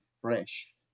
fresh